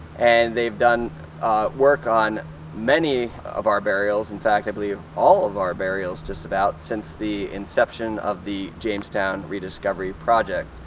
and they've done work on many of our burials, in fact, i believe all of our burials, just about, since the inception of the jamestown rediscovery project.